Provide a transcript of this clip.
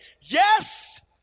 yes